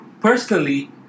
personally